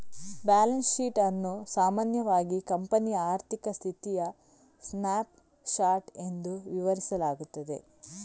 balance sheet ಅನ್ನು ಸಾಮಾನ್ಯವಾಗಿ ಕಂಪನಿಯ ಆರ್ಥಿಕ ಸ್ಥಿತಿಯ ಸ್ನ್ಯಾಪ್ ಶಾಟ್ ಎಂದು ವಿವರಿಸಲಾಗುತ್ತದೆ